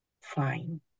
fine